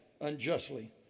unjustly